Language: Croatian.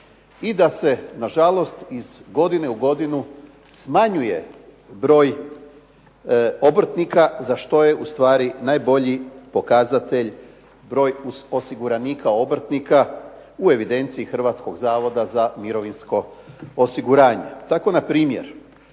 i da se nažalost iz godine u godinu smanjuje broj obrtnika za što je ustvari najbolji pokazatelj broj osiguranika obrtnika u evidenciji Hrvatskog zavoda za mirovinsko osiguranje. Tako npr.